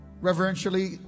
reverentially